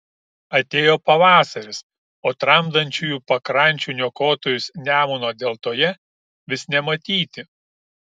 atėjo pavasaris o tramdančiųjų pakrančių niokotojus nemuno deltoje vis nematyti